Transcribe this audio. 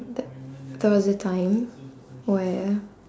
ther~ there was a time where